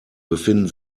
befinden